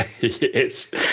Yes